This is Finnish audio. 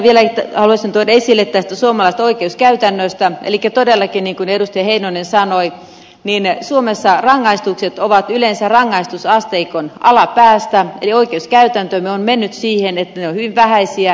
vielä haluaisin tuoda esille tästä suomalaisesta oikeuskäytännöstä sen että todellakin niin kuin edustaja heinonen sanoi suomessa rangaistukset ovat yleensä rangaistusasteikon alapäästä eli oikeuskäytäntömme on mennyt siihen että ne ovat hyvin vähäisiä